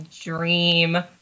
dream